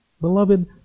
beloved